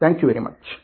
thank you very much